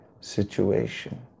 situation